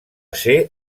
ser